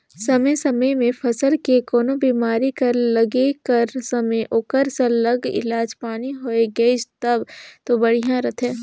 समे समे में फसल के कोनो बेमारी कर लगे कर समे ओकर सरलग इलाज पानी होए गइस तब दो बड़िहा रहथे